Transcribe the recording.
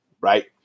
right